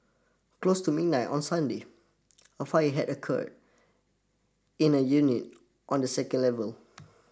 close to midnight on Sunday a fire had occurred in a unit on the second level